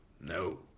no